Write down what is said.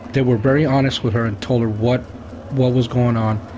they were very honest with her and told her what what was going on.